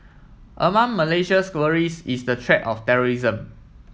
among Malaysia's worries is the threat of terrorism